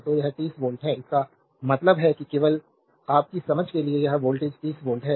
तो यह 30 वोल्ट है इसका मतलब है कि केवल आपकी समझ के लिए यह वोल्टेज 30 वोल्ट है